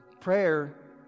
prayer